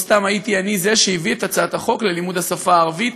לא סתם הייתי אני זה שהביא את הצעת החוק ללימוד השפה הערבית,